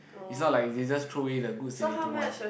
it's not like they just throw away the goods that they don't want